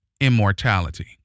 immortality